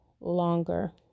longer